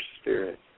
spirit